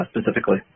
specifically